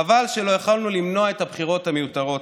חבל שלא יכולנו למנוע את הבחירות המיותרות